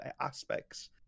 aspects